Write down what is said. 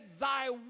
Thy